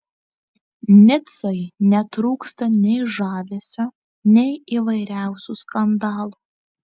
nicai netrūksta nei žavesio nei įvairiausių skandalų